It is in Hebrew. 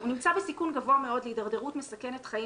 הוא נמצא בסיכון גבוה מאוד להידרדרות מסכנת חיים